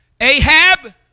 Ahab